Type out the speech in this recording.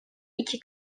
iki